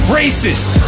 racist